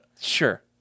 Sure